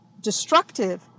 destructive